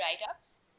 write-ups